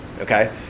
okay